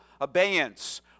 abeyance